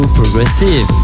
progressive